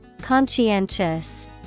Conscientious